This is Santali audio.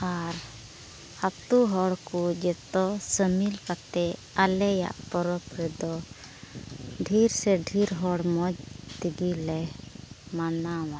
ᱟᱨ ᱟᱹᱛᱩ ᱦᱚᱲ ᱠᱚ ᱡᱚᱛᱚ ᱥᱟᱹᱢᱤᱞ ᱠᱟᱛᱮᱫ ᱟᱞᱮᱭᱟᱜ ᱯᱚᱨᱚᱵᱽ ᱨᱮᱫᱚ ᱰᱷᱮᱨ ᱥᱮ ᱰᱷᱮᱨ ᱦᱚᱲ ᱢᱚᱡᱽ ᱛᱮᱜᱮᱞᱮ ᱢᱟᱱᱟᱣᱟ